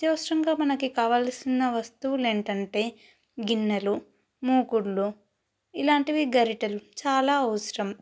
అత్యవసరంగా మనకి కావలసిన వస్తువులు ఏంటంటే గిన్నెలు మూకుడ్లు ఇలాంటి గెరిటెలు చాలా అవసరం